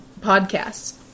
podcasts